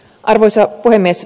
arvoisa puhemies